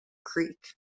creek